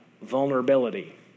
vulnerability